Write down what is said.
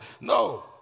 No